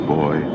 boy